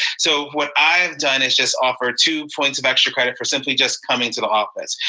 so what i've done is just offer two points of extra credit for simply just coming to the office.